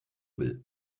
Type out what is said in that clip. will